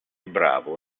bravo